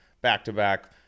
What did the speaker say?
back-to-back